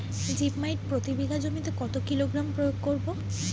Zip মাইট প্রতি বিঘা জমিতে কত কিলোগ্রাম প্রয়োগ করব?